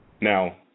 Now